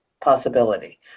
possibility